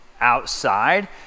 outside